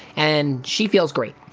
and she feels great,